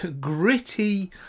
gritty